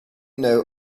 know